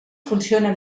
funciona